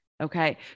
okay